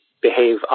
behave